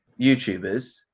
YouTubers